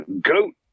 goat